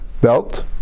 belt